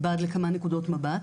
מבעד לכמה נקודות מבט,